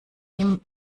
ihm